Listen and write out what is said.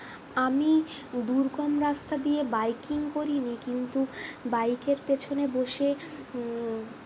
আমি দুর্গম রাস্তা দিয়ে বাইকিং করি নি কিন্তু বাইকের পেছনে বসে